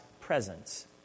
presence